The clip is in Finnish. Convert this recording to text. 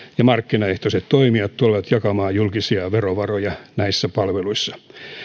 ja markkinaehtoiset toimijat tulevat jakamaan julkisia verovaroja näissä palveluissa